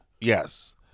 yes